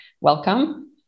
Welcome